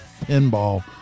pinball